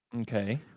Okay